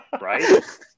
Right